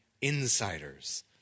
insiders